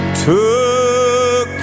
took